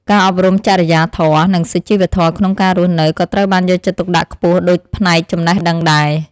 ការអប់រំចរិយាធម៌និងសុជីវធម៌ក្នុងការរស់នៅក៏ត្រូវបានយកចិត្តទុកដាក់ខ្ពស់ដូចផ្នែកចំណេះដឹងដែរ។